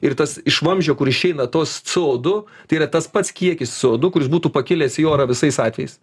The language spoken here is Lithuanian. ir tas iš vamzdžio kur išeina tos co du tai yra tas pats kiekis co du kuris būtų pakilęs į orą visais atvejais